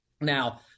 Now